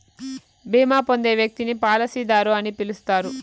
బీమా పొందే వ్యక్తిని పాలసీదారు అని పిలుస్తారు